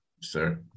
sir